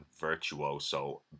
virtuoso